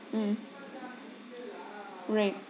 mm right